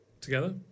together